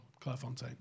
Clairefontaine